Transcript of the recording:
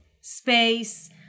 space